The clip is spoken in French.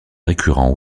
récurrent